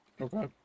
Okay